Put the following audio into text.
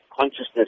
consciousness